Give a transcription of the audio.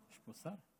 יש פה שר?